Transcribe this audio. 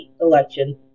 election